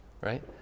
right